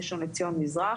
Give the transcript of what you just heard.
ראשון לציון מזרח,